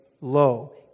low